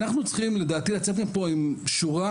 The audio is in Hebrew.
אנחנו צריכים לדעתי לצאת מפה עם שורה,